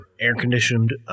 air-conditioned